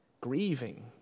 grieving